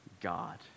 God